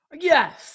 Yes